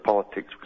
Politics